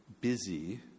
busy